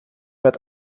wird